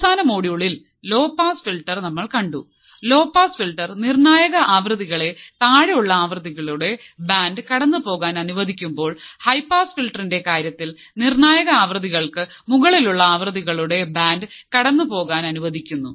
അവസാന മൊഡ്യൂളിൽ low pass filter നമ്മൾ കണ്ടു ലോ പാസ് ഫിൽട്ടർ നിർണായക ആവൃത്തികൾക്ക് താഴെയുള്ള ആവൃത്തികളുടെ ബാൻഡ് കടന്നുപോകാൻ അനുവദിക്കുമ്പോൾ ഹൈ പാസ് ഫിൽട്ടറിന്റെ കാര്യത്തിൽ നിർണായക ആവൃത്തികൾക്ക് മുകളിലുള്ള ആവൃത്തികളുടെ ബാൻഡ് കടന്നുപോകാൻ അനുവദിക്കുന്നു